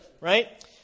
right